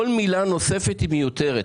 כל מילה נוספת היא מיותרת.